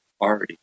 already